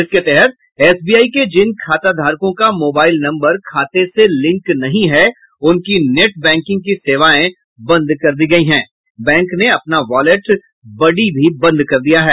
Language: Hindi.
इसके तहत एसबीआई के जिन खाताधारकों का मोबाईल नम्बर खाते से लिंक नहीं है उनकी नेट बैंकिंग की सेवाएं बंद कर दी गयी हैं बैंक ने अपना वॉलेट बडी भी बंद कर दिया हैं